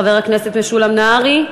חבר הכנסת משולם נהרי,